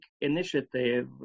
initiative